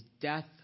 death